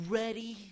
ready